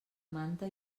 manta